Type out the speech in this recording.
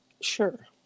sure